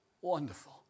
Wonderful